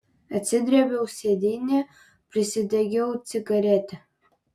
atsidrėbiau sėdynėje prisidegiau cigaretę